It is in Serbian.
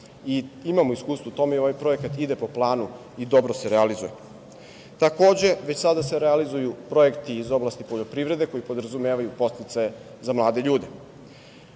Imamo iskustvo u tome i ovaj projekat ide po planu i dobro se realizuje. Takođe, već sada se realizuju projekti iz oblasti poljoprivrede koji podrazumevaju podsticaje za mlade ljude. Ovakve